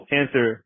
answer